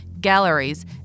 galleries